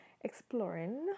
exploring